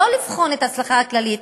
לא לבחון את ההצלחה הכללית,